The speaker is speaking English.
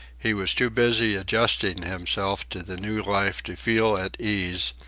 he was too busy adjusting himself to the new life to feel at ease,